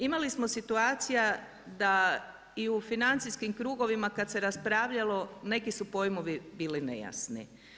Imali smo situacija da i u financijskim krugovima kad se raspravljalo neki su pojmovi bili nejasni.